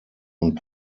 und